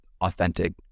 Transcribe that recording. authentic